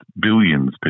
billions